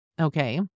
Okay